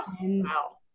Wow